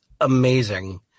amazing